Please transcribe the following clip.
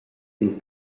dil